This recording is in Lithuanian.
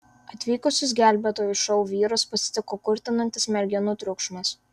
atvykusius gelbėtojų šou vyrus pasitiko kurtinantis merginų triukšmas